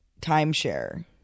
timeshare